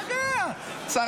לא ידברו כך אל חברות כנסת כאן.